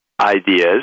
ideas